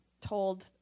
told